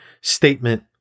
statement